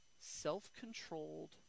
self-controlled